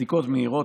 בדיקות מהירות,